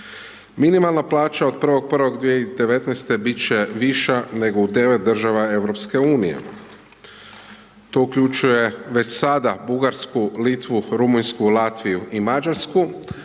Minimalna plaća od 1.1.2019. bit će viša nego u 9 država EU-a. To uključuje već sada Bugarsku, Litvu, Rumunjsku, Latviju i Mađarsku